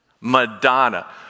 Madonna